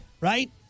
Right